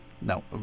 No